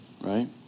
right